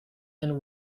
and